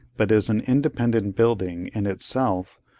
but is an independent building in itself,